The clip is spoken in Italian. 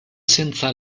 senza